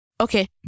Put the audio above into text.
okay